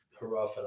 Hurrah